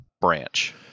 branch